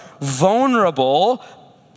vulnerable